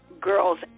girls